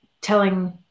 telling